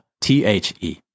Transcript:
T-H-E